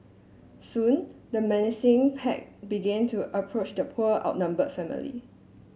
soon the menacing pack began to approach the poor outnumbered family